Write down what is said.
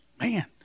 man